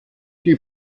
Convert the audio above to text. die